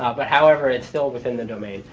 ah but however, it's still within the domain.